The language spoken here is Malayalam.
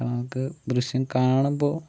കാരണം നമുക്ക് ദൃശ്യം കാണുമ്പോൾ